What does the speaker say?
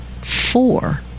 four